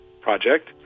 project